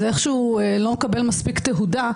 זה לא מקבל מספיק תהודה,